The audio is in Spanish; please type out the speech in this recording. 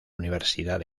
universidad